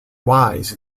wise